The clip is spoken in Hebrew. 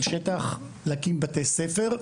של שטח להקים בתי ספר,